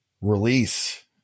release